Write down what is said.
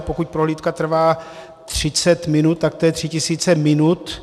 Pokud prohlídka trvá 30 minut, tak to je 3 tisíce minut.